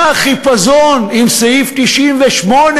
מה החיפזון עם סעיף 98?